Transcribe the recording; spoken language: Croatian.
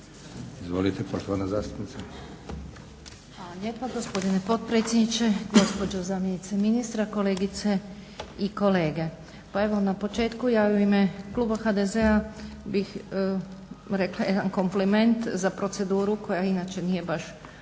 **Lovrin, Ana (HDZ)** Hvala lijepa gospodine potpredsjedniče, gospođo zamjenice ministra, kolegice i kolege. Pa evo na početku ja u ime kluba HDZ-a bih rekla jedan kompliment za proceduru koja inače nije baš u